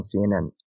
CNN